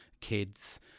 kids